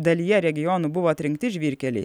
dalyje regionų buvo atrinkti žvyrkeliai